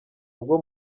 bwo